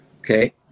Okay